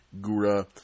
Gura